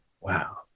wow